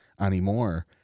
anymore